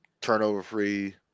turnover-free